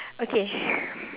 okay